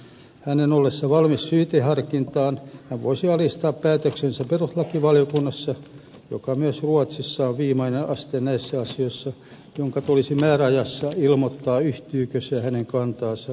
jos hän olisi valmis syyteharkintaan hän voisi alistaa päätöksensä vahvistettavaksi perustuslakivaliokunnassa joka myös ruotsissa on viimeinen aste näissä asioissa ja sen tulisi määräajassa ilmoittaa yhtyykö se hänen kantaansa vai ei